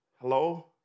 Hello